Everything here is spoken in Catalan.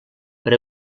per